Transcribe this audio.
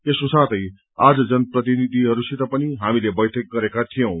यसको साथै आज जन प्रतिनिधिहरूसित पनि हामीले बैठक गरेको थियौं